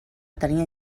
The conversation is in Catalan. tenia